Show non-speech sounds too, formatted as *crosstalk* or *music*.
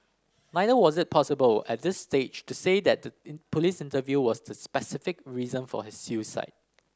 neither was it possible at this stage to say that the *unintelligible* police interview was the specific reason for his suicide